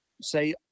say